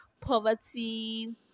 poverty